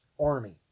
army